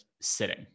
sitting